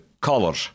color